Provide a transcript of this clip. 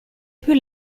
più